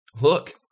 look